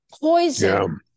poison